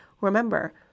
Remember